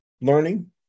learning